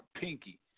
Pinky